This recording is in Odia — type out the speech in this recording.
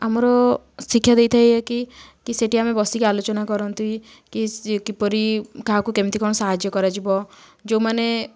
ଆମର ଶିକ୍ଷା ଦେଇଥାଏ ଏ କି କି ସେଇଠି ଆମେ ବସିକି ଆଲୋଚନା କରନ୍ତି କି କିପରି କାହାକୁ କେମିତି କ'ଣ ସାହାଯ୍ୟ କରାଯିବ ଯେଉଁମାନେ